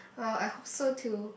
well I hope so too